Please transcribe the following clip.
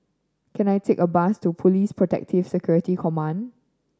can I take a bus to Police Protective Security Command